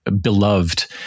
beloved